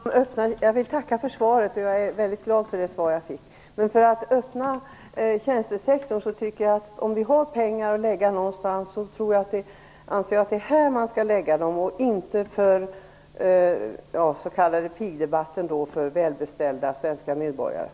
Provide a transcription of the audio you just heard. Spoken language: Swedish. Fru talman! Jag vill tacka för svaret. Jag är väldigt glad för det svar jag fick. Om vi har pengar att lägga någonstans så anser jag att det är på detta de skall satsas och inte på välbeställda svenska medborgare. Jag tänker då på den s.k.